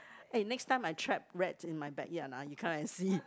eh next time I trap rats in my backyard ah you come and see